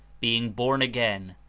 being born again,